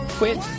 quit